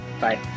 Bye